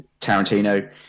Tarantino